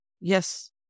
Yes